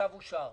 הצבעה אושר.